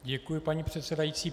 Děkuji, paní předsedající.